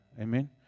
Amen